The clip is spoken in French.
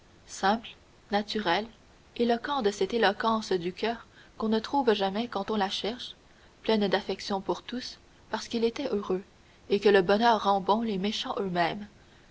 simple naturel éloquent de cette éloquence du coeur qu'on ne trouve jamais quand on la cherche plein d'affection pour tous parce qu'il était heureux et que le bonheur rend bons les méchants eux-mêmes